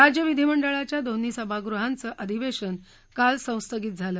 राज्य विधिमंडळाच्या दोन्ही सभागृहांचं अधिवेशन काल संस्थागित झालं